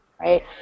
Right